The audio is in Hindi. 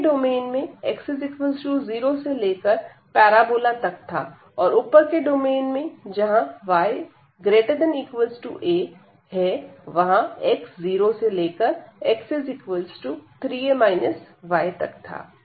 नीचे के डोमेन में x0 से लेकर पैराबोला तक था और ऊपर के डोमेन में जहां y ≥ a वहाँ x0 से लेकर x 3a yतक था